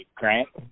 grant